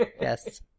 yes